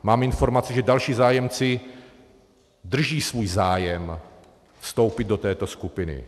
Mám informaci, že další zájemci drží svůj zájem vstoupit do této skupiny.